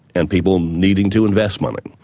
and people needing to invest money.